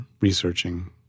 researching